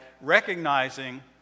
recognizing